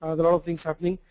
other ah things happening.